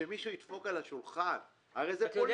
שמישהו ידפוק על השולחן, הרי זה פוליטי.